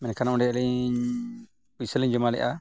ᱢᱮᱱᱠᱷᱟᱱ ᱚᱸᱰᱮ ᱟᱹᱞᱤᱧ ᱯᱚᱭᱥᱟᱞᱤᱧ ᱡᱚᱢᱟ ᱞᱮᱜᱼᱟ